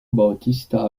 bautista